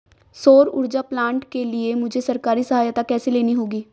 सौर ऊर्जा प्लांट के लिए मुझे सरकारी सहायता कैसे लेनी होगी?